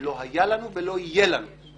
לא היה לנו ולא יהיה לנו לעולם.